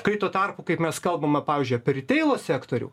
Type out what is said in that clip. kai tuo tarpu kaip mes kalbame pavyzdžiui apie riteilo sektorių